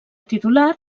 titular